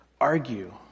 argue